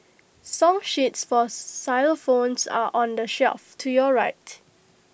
song sheets for xylophones are on the shelf to your right